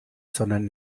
sondern